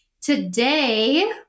Today